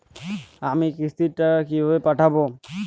আমি কিস্তির টাকা কিভাবে পাঠাব?